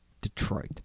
Detroit